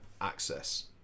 access